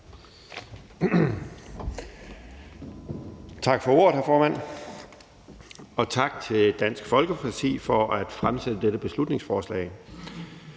Tak for ordet, hr. formand, og tak til Dansk Folkeparti for at have fremsat det her beslutningsforslag.